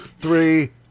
Three